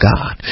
God